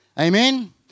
Amen